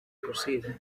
proceed